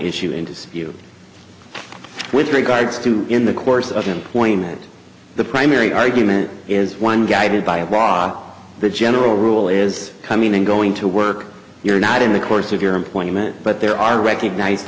issue in dispute with regards to in the course of employment the primary argument is one guided by a bra the general rule is coming and going to work you're not in the course of your employment but there are recognised